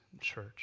church